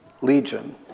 legion